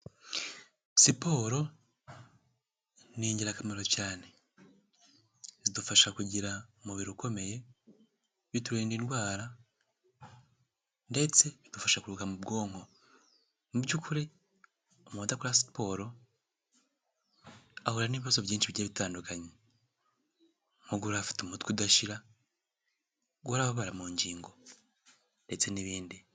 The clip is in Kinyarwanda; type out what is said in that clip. Siporo ni ingirakamaro cyane, zidufasha kugira umubiri ukomeye, biturinda indwara ndetse bidufasha kuruhuka mu bwonko, mu by'ukuri umuntu udakora siporo ahura n'ibibazo byinshi bitandukanye, nko guhora afite umutwe udashira, guhora ababara mu ngingo ndetse n'ibindi.